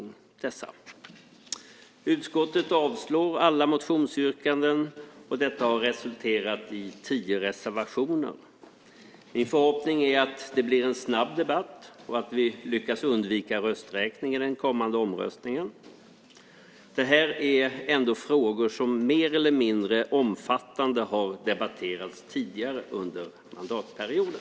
Utskottet avstyrker alla motionsyrkanden, och detta har resulterat i tio reservationer. Min förhoppning är att det blir en snabb debatt och att vi lyckas undvika rösträkning i den kommande omröstningen. Det här är ändå frågor som mer eller mindre omfattande har debatterats tidigare under mandatperioden.